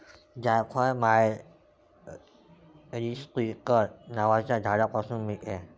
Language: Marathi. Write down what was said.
जायफळ मायरीस्टीकर नावाच्या झाडापासून मिळते